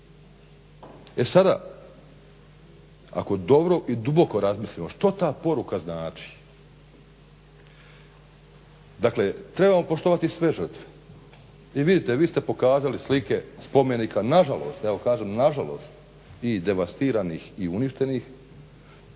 E sada, ako dobro i duboko razmislimo što ta poruka znači, dakle trebamo poštovati sve žrtve i vidite, vi ste pokazali slike spomenika nažalost, evo kažem nažalost i devastiranih i uništenih.